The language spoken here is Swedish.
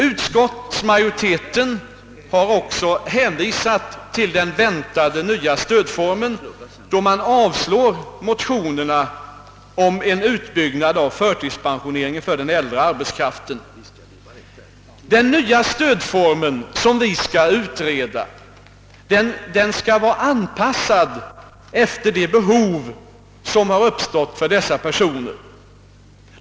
Utskottsmajoriteten har också hänvisat till den väntade nya stödformen då man avstyrkt motionerna om en utbyggnad av förtidspensioneringen för den äldre arbetskraften. Den nya stödform som vi utreder skall vara anpassad efter dessa personers behov.